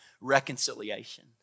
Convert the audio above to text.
reconciliation